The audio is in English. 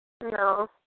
No